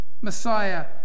Messiah